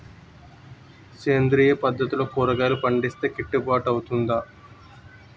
సేంద్రీయ పద్దతిలో కూరగాయలు పండిస్తే కిట్టుబాటు అవుతుందా?